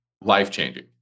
life-changing